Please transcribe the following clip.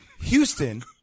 Houston